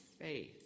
faith